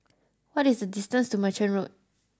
what is the distance to Merchant Road